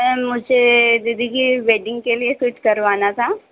एँ मुझे दीदी की वेडिंग के लिए कुछ करवाना था